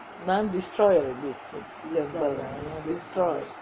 man destroyed already mm destroy